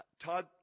Todd